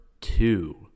two